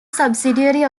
subsidiary